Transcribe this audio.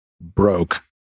broke